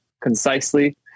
concisely